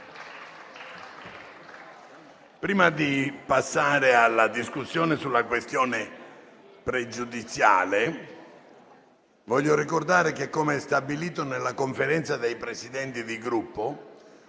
Prima di passare alla discussione sulla questione pregiudiziale, voglio ricordare che, come stabilito nella Conferenza dei Presidenti di Gruppo,